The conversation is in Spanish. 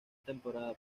temporada